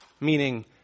meaning